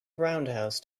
roundhouse